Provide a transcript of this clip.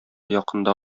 якында